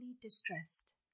distressed